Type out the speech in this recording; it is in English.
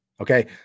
Okay